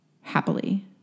happily